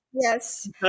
yes